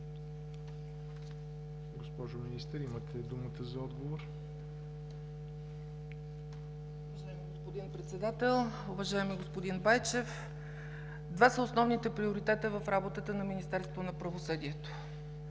Госпожо Министър, имате думат за отговор. МИНИСТЪР ЦЕЦКА ЦАЧЕВА: Уважаеми господин Председател, уважаеми господин Байчев! Два са основните приоритета в работата на Министерството на правосъдието.